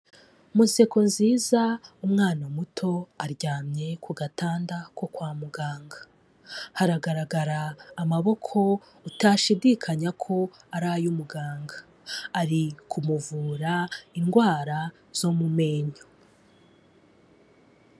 Mu nseko nziza umwana muto aryamye ku gatanda ko kwa muganga. Haragaragara amaboko utashidikanya ko ari ay'umuganga, ari kumuvura indwara zo mu menyo.